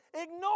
ignore